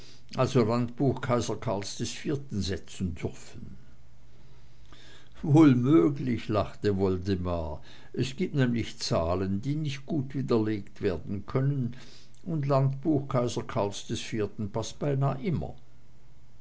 also landbuch kaiser karls iv setzen dürfen wohl möglich lachte woldemar es gibt nämlich zahlen die nicht gut widerlegt werden können und landbuch kaiser karls iv paßt beinah immer